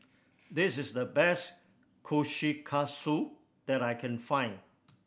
this is the best Kushikatsu that I can find